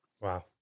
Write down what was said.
Wow